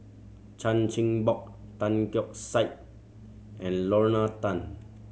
Chan Chin Bock Tan Keong Saik and Lorna Tan